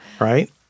right